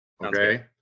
Okay